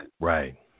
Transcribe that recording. Right